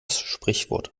sprichwort